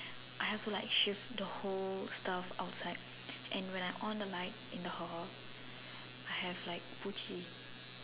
I have like shift the whole stuff outside and when I on the light in the hall I have like poochi